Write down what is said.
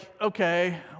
okay